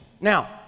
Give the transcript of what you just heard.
Now